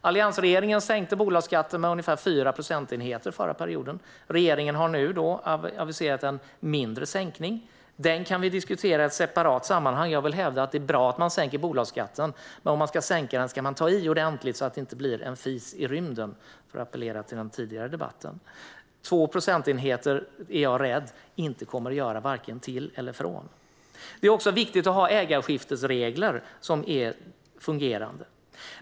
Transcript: Alliansregeringen sänkte bolagsskatten med ungefär 4 procentenheter förra perioden. Regeringen har nu aviserat en mindre sänkning. Den kan vi diskutera i ett separat sammanhang, och jag vill hävda att det är bra att man sänker bolagsskatten. Men om man ska sänka den ska man ta i ordentligt så att det inte blir en fis i rymden, för att appellera till den tidigare debatten. Jag är rädd att 2 procentenheter inte kommer att göra vare sig till eller från. Det är också viktigt att ha ägarskiftesregler som fungerar.